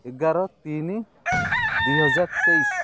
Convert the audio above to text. ଏଗାର ତିନି ଦୁଇ ହଜାର ତେଇଶି